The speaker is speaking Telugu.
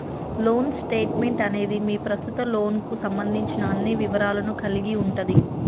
లోన్ స్టేట్మెంట్ అనేది మీ ప్రస్తుత లోన్కు సంబంధించిన అన్ని వివరాలను కలిగి ఉంటది